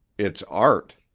it's art!